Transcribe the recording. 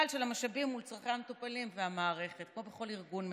של המשאבים מול צורכי המטופלים והמערכת כמו בכל ארגון מתוקן.